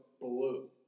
Blue